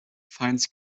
finds